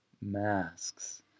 Masks